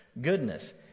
goodness